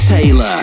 Taylor